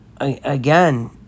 again